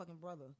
brother